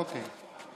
אוקיי.